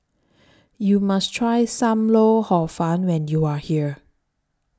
YOU must Try SAM Lau Hor Fun when YOU Are here